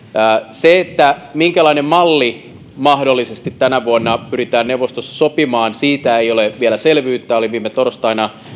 siitä minkälainen malli mahdollisesti tänä vuonna pyritään neuvostossa sopimaan ei ole vielä selvyyttä olin viime torstaina